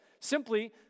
Simply